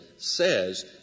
says